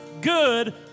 good